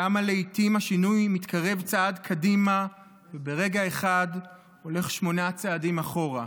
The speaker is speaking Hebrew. כמה לעיתים השינוי מתקרב צעד קדימה וברגע אחד הולך שמונה צעדים אחורה.